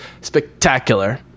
spectacular